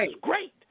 great